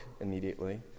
immediately